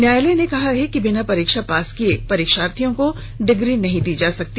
न्यायालय ने कहा है कि बिना परीक्षा पास किये परीक्षार्थियों को डिग्री नहीं दी जा सकती